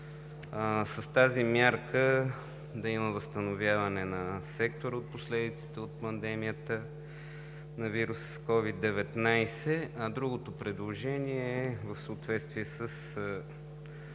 с тази мярка да има възстановяване на сектора от последиците от пандемията на вируса CОVID-19, а другото предложение е в съответствие с